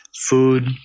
food